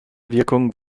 wirkung